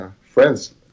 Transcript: friends